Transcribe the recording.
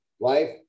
life